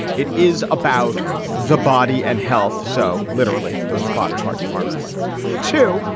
it is about the body and health. so literally those are body parts, arms and legs too.